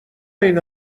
این